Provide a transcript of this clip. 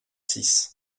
six